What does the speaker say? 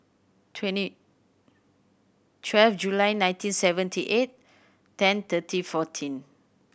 twenty twelve July nineteen seventy eight ten thirty fourteen